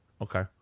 Okay